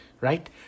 right